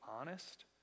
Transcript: honest